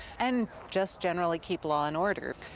and just generally keep law and order.